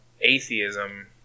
atheism